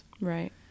right